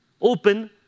open